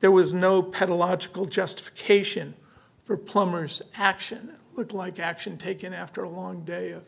there was no pedal logical justification for plummer's action would like action taken after a long day of